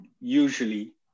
usually